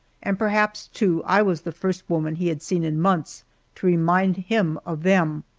and perhaps, too, i was the first woman he had seen in months to remind him of them.